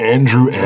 Andrew